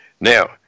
Now